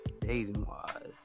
dating-wise